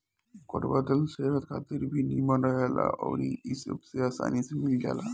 कड़ुआ तेल सेहत खातिर भी निमन रहेला अउरी इ सबसे आसानी में मिल जाला